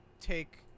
take